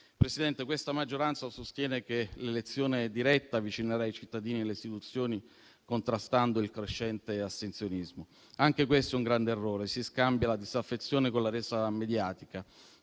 Presidente, questa maggioranza sostiene che l'elezione diretta avvicinerà ai cittadini alle istituzioni contrastando il crescente astensionismo. Anche questo è un grande errore: si scambia la disaffezione con la resa mediatica,